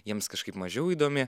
jiems kažkaip mažiau įdomi